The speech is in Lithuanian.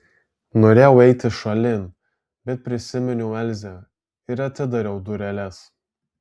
norėjau eiti šalin bet prisiminiau elzę ir atidariau dureles